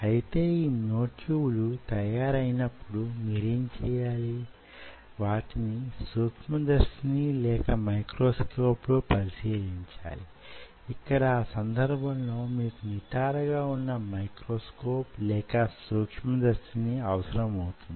అయితే యీ myotube లు తయారయినప్పుడు మీరెంచేయాలి వాటిని సూక్ష్మదర్శిని లేక మైక్రోస్కోప్ లో పరిశీలించాలి ఇక్కడ ఈ సందర్భం లో మీకు నిటారుగా వున్న మైక్రోస్కోప్ లేక సూక్ష్మదర్శిని అవసరమౌతుంది